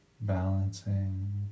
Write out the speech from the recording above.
balancing